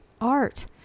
art